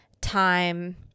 time –